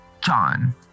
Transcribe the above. John